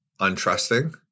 untrusting